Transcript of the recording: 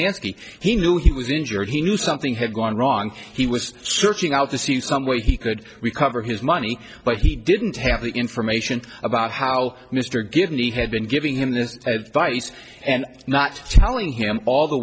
lansky he knew he was injured he knew something had gone wrong he was searching out the scene some way he could recover his money but he didn't have the information about how mr guinea had been giving him this vice and not telling him all the